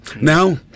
Now